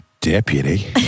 deputy